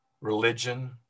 Religion